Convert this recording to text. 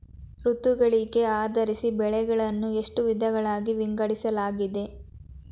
ಋತುಗಳಿಗೆ ಆಧರಿಸಿ ಬೆಳೆಗಳನ್ನು ಎಷ್ಟು ವಿಧಗಳಾಗಿ ವಿಂಗಡಿಸಲಾಗಿದೆ?